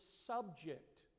subject